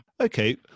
Okay